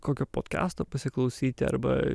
kokio potkesto pasiklausyti arba